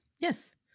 Yes